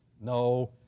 No